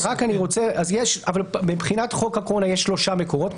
אבל מבחינת חוק הקורונה יש שלושה מקורות,